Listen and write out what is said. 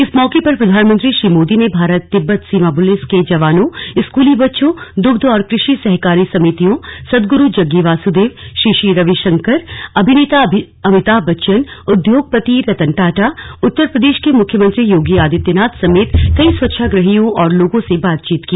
इस मौके पर प्रधानमंत्री श्री मोदी ने भारत तिब्बत सीमा पुलिस के जवानों स्कूली बच्चों दुग्ध और कृषि सहकारी समितियों सदगुरू जग्गी वासुदेव श्री श्री रविशंकर अभिनेता अमिताभ बच्चन उद्योगपति रतन टाटा उत्तर प्रदेश के मुख्यमंत्री योगी आदित्यनाथ समेत कई स्वच्छा ग्रहियों और लोगों से बातचीत की